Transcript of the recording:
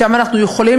משם אנחנו יכולים.